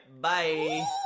Bye